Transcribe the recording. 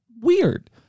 weird